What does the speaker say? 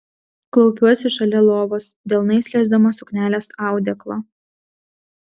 klaupiuosi šalia lovos delnais liesdama suknelės audeklą